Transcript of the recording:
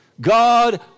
God